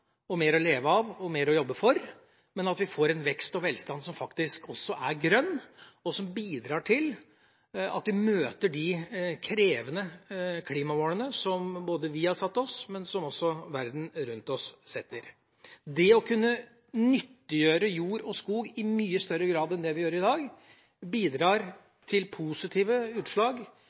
som også er grønn, og som bidrar til at vi møter de krevende klimamålene som vi har satt oss, og som også verden rundt oss setter. Det å kunne nyttiggjøre jord og skog i mye større grad enn vi gjør i dag, bidrar til positive utslag